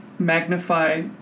Magnify